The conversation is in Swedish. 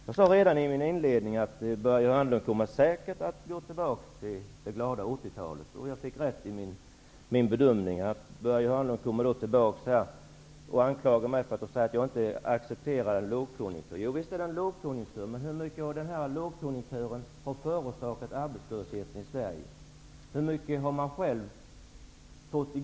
Jag sade redan i min inledning att Börje Hörnlund säkert kommer att gå tillbaks till det glada 80-talet. Jag fick rätt i min bedömning. Börje Hörnlund anklagar mig för att säga att jag inte accepterar en lågkonjunktur. Visst är det en lågkonjunktur, men hur mycket av arbetslösheten i Sverige har den förorsakat?